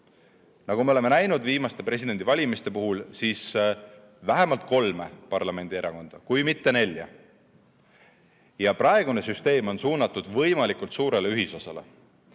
Nagu me oleme näinud viimaste presidendivalimiste puhul, [peavad ühisosa otsima] vähemalt kolm parlamendierakonda, kui mitte neli. Praegune süsteem on suunatud võimalikult suurele ühisosale.